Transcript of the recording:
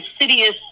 insidious